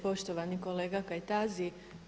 Poštovani kolega Kajtazi.